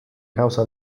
causa